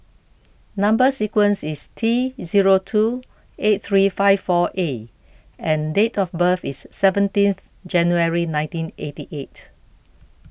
Number Sequence is T zero two eight three five four A and date of birth is seventeenth January nineteen eighty eight